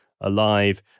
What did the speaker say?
alive